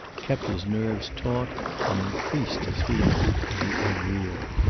kept his nerves taut and increased his feeling of the unreal.